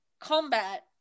combat